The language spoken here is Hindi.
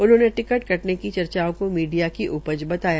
उन्होंने टिकट कटने की चर्चाओं को मीडिया की उपच बताया